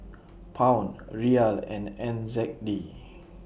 Pound Riyal and N Z D